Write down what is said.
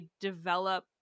develop